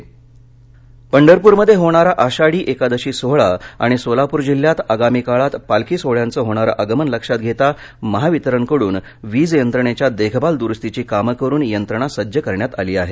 महावितरण सोलापर पंढरपूरमध्ये होणारा आषाढी एकादशी सोहळा आणि सोलापूर जिल्ह्यात आगामी काळात पालखी सोहळ्यांचं होणारं आगमन लक्षात घेता महावितरणकडून वीजयंत्रणेच्या देखभाल दुरुस्तीची काम करून यंत्रणा सज्ज करण्यात आली आहे